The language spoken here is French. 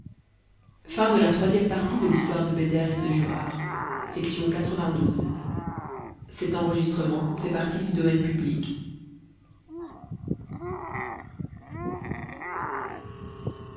de l'intérêt de l'un et de